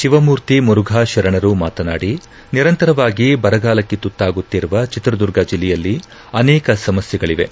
ಶಿವಮೂರ್ತಿ ಮುರುಘಾ ಶರಣರು ಮಾತನಾದಿ ನಿರಂತರವಾಗಿ ಬರಗಾಲಕ್ಕೆ ತುತ್ತಾಗುತ್ತಿರುವ ಚೆತ್ರದುರ್ಗ ಜಿಲ್ಲೆಯಲ್ಲಿ ಅನೇಕ ಸಮಸ್ಯೆಗಳಿವೆ